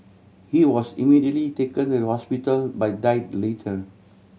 he was immediately taken to the hospital but died later